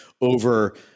over